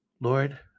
Lord